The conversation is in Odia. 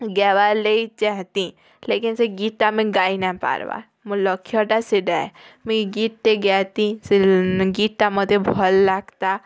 ଗାଏବାର୍ ଲାଗି ଚାହେତି ଲେକିନ୍ ସେ ଗୀତ୍ଟା ମିଁ ଗାଏ ନାଇଁ ପାର୍ବା ମୋର ଲକ୍ଷ୍ୟଟା ସେଟା ମୁଇଁ ଗୀତ୍ଟେ ଗାଏତି ସେ ଗୀତ୍ଟା ମୋତେ ଭଲ୍ ଲାଗ୍ତା